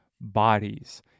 bodies